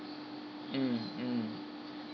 mm mm